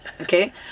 okay